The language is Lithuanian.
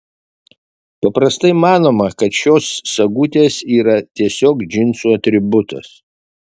paprastai manoma kad šios sagutės yra tiesiog džinsų atributas